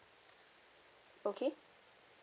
okay